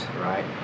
right